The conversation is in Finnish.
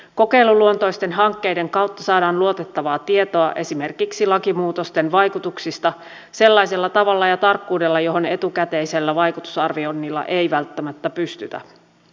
kokeiluluontoisten hankkeiden kautta saadaan luotettavaa tietoa esimerkiksi lakimuutosten vaikutuksista sellaisella tavalla ja tarkkuudella johon etukäteisellä vaikutusarvioinnoilla ei välttämättä pystytä